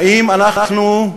האם אנחנו,